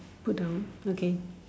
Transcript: put down okay